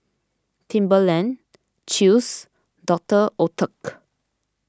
Timberland Chew's Doctor Oetker